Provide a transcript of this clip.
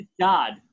god